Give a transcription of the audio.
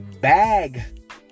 bag